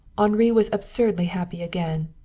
henri was absurdly happy again.